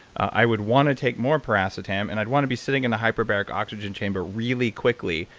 i would want to take more piracetam and i'd want to be sitting in a hyperbaric oxygen chamber really quickly,